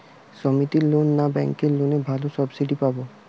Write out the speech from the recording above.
সমিতির লোন না ব্যাঙ্কের লোনে ভালো সাবসিডি পাব?